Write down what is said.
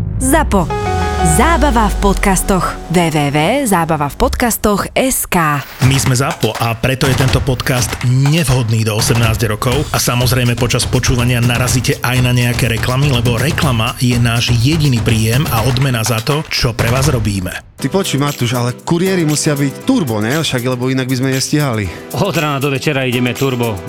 Zapo. Zábava v podcastoch. www.zábavavpodcastoch.sk. My sme Zapo a preto je tento podcast nevhodný do 18 rokov. A samozrejme, počas počúvania narazíte aj na nejaké reklamy, lebo reklama je náš jediný príjem a odmena za to, čo pre vás robíme. Ty počuj, Matúš, ale kuriéri musia byť turbo, ne? Však, lebo inak by sme nestíhali. Od rána do večera ideme turbo.